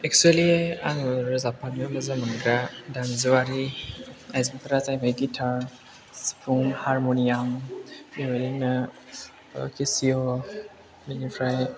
actually आङो रोजाबफानो मोजां मोनग्रा दामजुआरि आइजेंफोरा जाहैबाय गिटार सिफुं हारम'नियाम बेबायदिनो केसिय' बेनिफ्राय